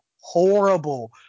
horrible –